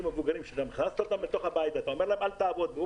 המבוגרים שסגרת אותם בבית ואתה אומר להם לא לעבוד והם